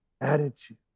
Attitude